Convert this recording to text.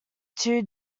two